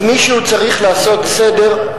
אז מישהו צריך לעשות סדר,